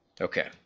okay